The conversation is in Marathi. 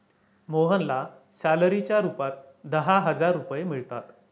मोहनला सॅलरीच्या रूपात दहा हजार रुपये मिळतात